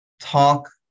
talk